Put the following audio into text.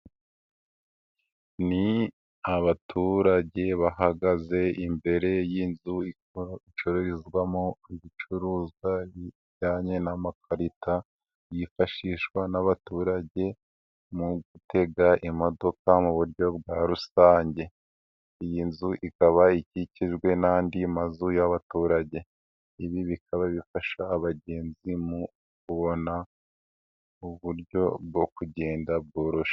Ni abaturage bahagaze imbere y'inzu icururizwamo ibicuruzwa bijyanye n'amakarita yifashishwa n'abaturage mu gutega imodoka mu buryo bwa rusange, iyi nzu ikaba ikikijwe n'andi mazu y'abaturage, ibi bikaba bifasha abagenzi mu kubona uburyo bwo kugenda bworoshye.